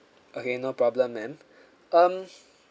okay no problem ma'am um